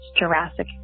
Jurassic